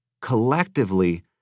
Collectively